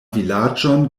vilaĝon